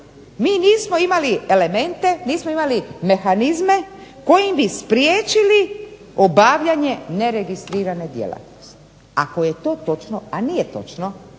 mi nismo imali elemente, nismo imali mehanizme kojim bi spriječili obavljanje neregistrirane djelatnosti. Ako je to točno, a nije točno